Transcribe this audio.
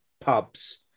pubs